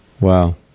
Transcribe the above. wow